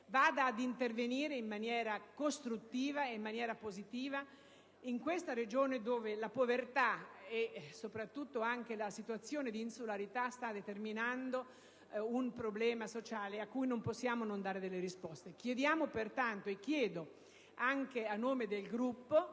vada ad intervenire in maniera costruttiva e positiva in questa Regione, dove la povertà ed anche la situazione di insularità stanno determinando un problema sociale cui non possiamo non dare risposte. Chiedo pertanto, anche a nome dell'intero